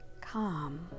calm